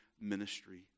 ministry